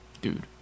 Dude